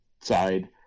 side